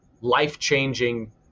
life-changing